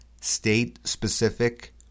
state-specific